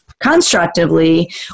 constructively